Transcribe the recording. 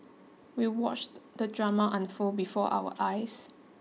we watched the drama unfold before our eyes